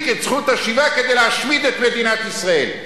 את זכות השיבה כדי להשמיד את מדינת ישראל.